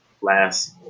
last